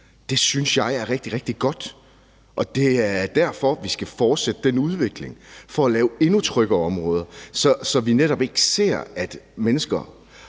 Det synes jeg er rigtig, rigtig godt, og det er derfor, vi skal fortsætte den udvikling, altså for at lave endnu tryggere områder, så vi netop ikke ser, at mennesker,